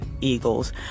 eagles